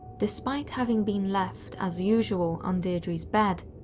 despite having been left, as usual, on deidre's bed,